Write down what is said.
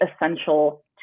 essential